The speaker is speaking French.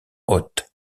othe